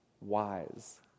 wise